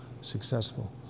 successful